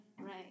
right